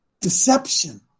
Deception